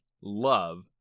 love